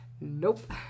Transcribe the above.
Nope